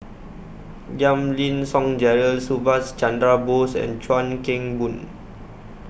Giam Yean Song Gerald Subhas Chandra Bose and Chuan Keng Boon